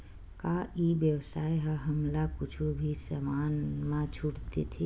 का ई व्यवसाय ह हमला कुछु भी समान मा छुट देथे?